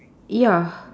ya